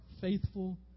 faithful